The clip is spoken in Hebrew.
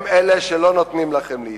הם אלה שלא נותנים לכם להתקדם,